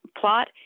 plot